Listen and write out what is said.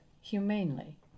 humanely